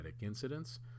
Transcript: incidents